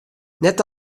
net